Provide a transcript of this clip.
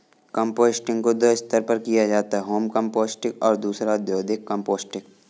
composting को दो स्तर पर किया जाता है होम कंपोस्टिंग और दूसरा औद्योगिक कंपोस्टिंग